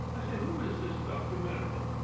i say who is this doctor merrivale?